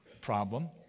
problem